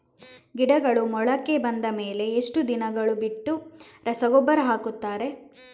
ಗಿಡಗಳು ಮೊಳಕೆ ಬಂದ ಮೇಲೆ ಎಷ್ಟು ದಿನಗಳು ಬಿಟ್ಟು ರಸಗೊಬ್ಬರ ಹಾಕುತ್ತಾರೆ?